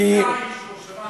נאמר, והוא שמע